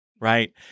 right